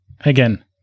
again